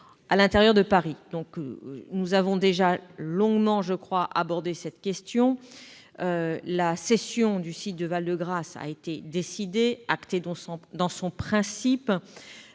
à l'intérieur de Paris. » Nous avons déjà longuement évoqué cette question. La cession du site du Val-de-Grâce a été décidée, actée dans son principe,